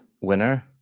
winner